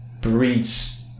breeds